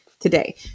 Today